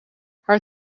haar